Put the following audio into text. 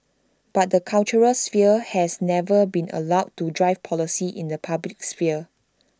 but the cultural sphere has never been allowed to drive policy in the public sphere